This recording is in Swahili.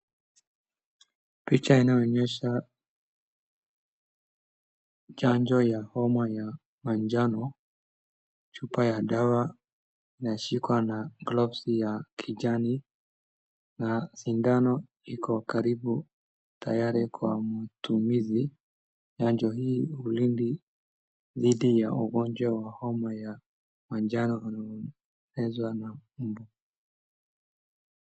Picha inayoonyesha chanjo ya homa ya manjano, chupa ya dawa inashikwa na gloves ya kijani na sindano iko karibu tayari kwa matumizi, chanjo hii hulinda dhidi ya ugonjwa wa homa ya manjano unaoongezwa na mlo.